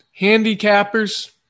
handicappers